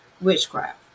witchcraft